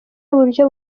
uburyo